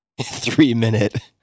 three-minute